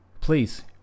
please